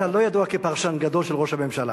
אתה לא ידוע כפרשן גדול של ראש הממשלה,